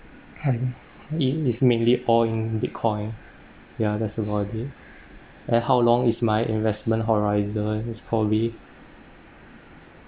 is mainly all in bitcoin ya that's about it and how long is my investment horizon is probably